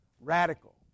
Radical